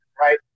right